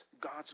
God's